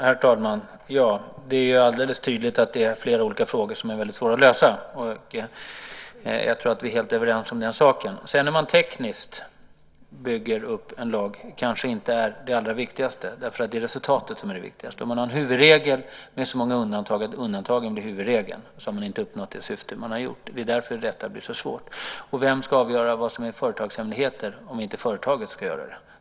Herr talman! Det är alldeles tydligt att här finns flera olika frågor som är svåra att lösa. Jag tror att vi är helt överens om den saken. Hur man sedan tekniskt bygger upp en lag är kanske inte det allra viktigaste. Det är resultatet som är det viktigaste. Om man har en huvudregel med så många undantag att undantagen blir huvudregel har man inte uppnått det syfte man hade. Det är därför detta blir så svårt. Frågan är också vem som ska avgöra vad som är företagshemligheter om inte företaget självt ska göra det.